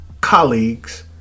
colleagues